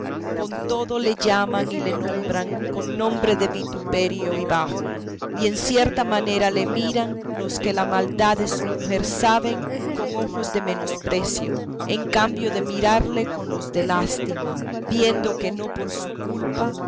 con todo le llaman y le nombran con nombre de vituperio y bajo y en cierta manera le miran los que la maldad de su mujer saben con ojos de menosprecio en cambio de mirarle con los de lástima viendo que no por su culpa